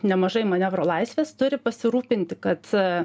nemažai manevro laisvės turi pasirūpinti kad